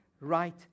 right